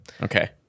Okay